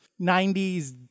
90s